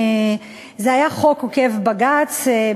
זה היה חוק עוקף-בג"ץ.